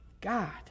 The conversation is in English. God